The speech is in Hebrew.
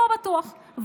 לא בטוח.